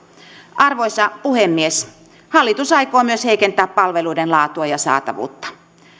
arvoisa puhemies hallitus aikoo myös heikentää palveluiden laatua ja saatavuutta